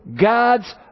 God's